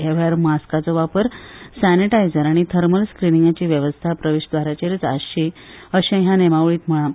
ह्या वेळार मास्काचो वापर सेनेटायझर आनी थर्मल स्क्रिनींगाची वेवस्था प्रवेशद्वाराचेर आसची अशें ह्या नेमावळींत म्हळां